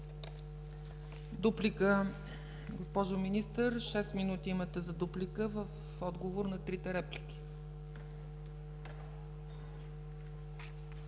Дуплика, госпожо Министър. Имате 6 минути за дуплика в отговор на трите реплики.